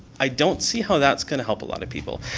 i don't see how that's going to help a lot of people.